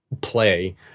play